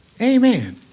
Amen